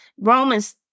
Romans